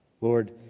Lord